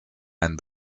ein